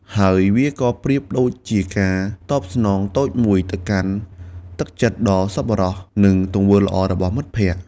ហើយវាក៏ប្រៀបដូចជាការតបស្នងតូចមួយ ទៅកាន់ទឹកចិត្តដ៏សប្បុរស និងទង្វើល្អរបស់មិត្តភក្តិ។